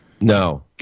no